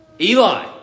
Eli